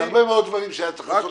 זה הרבה מאוד דברים שהיה צריך לעשות.